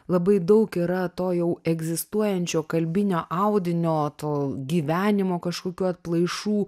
labai daug yra to jau egzistuojančio kalbinio audinio to gyvenimo kažkokių atplaišų